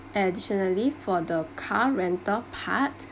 additionally for the car rental part